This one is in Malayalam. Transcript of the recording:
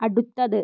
അടുത്തത്